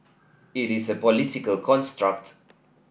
it is a political construct